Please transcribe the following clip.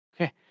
Okay